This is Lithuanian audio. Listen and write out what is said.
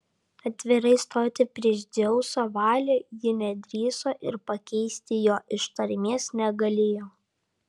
atvirai stoti prieš dzeuso valią ji nedrįso ir pakeisti jo ištarmės negalėjo